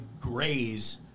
graze